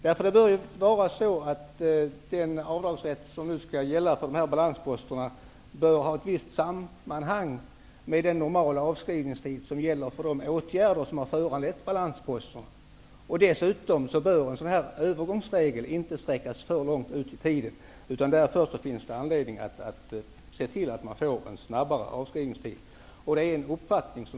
Den avdragsrätt som skall gälla för de här balansposterna bör ju ha ett visst samband med den normala avskrivningstid som gäller för de åtgärder som har föranlett balansposterna, och dessutom bör en sådan här övergångsregel inte utsträckas för långt i tiden. Det finns därför anledning att se till att man får en kortare avskrivningstid.